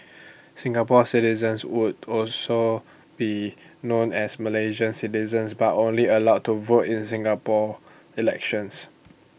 Singapore citizens would also be known as Malaysian citizens but only allowed to vote in Singapore elections